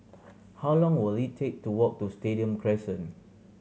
how long will it take to walk to Stadium Crescent